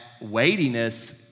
weightiness